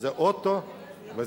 וכן האוטו והתשתיות.